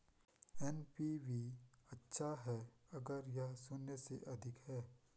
NPV अच्छा है अगर यह शून्य से अधिक है